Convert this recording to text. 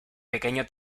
pequeño